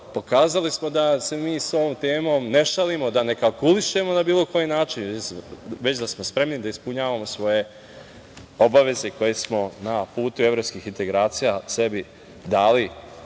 pokazali smo da se mi sa ovom temom ne šalimo, da ne kalkulišemo na bilo koji način, već da smo spremni da ispunjavamo svoje obaveze koje smo na putu evropskih integracija sebi dali,